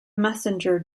messenger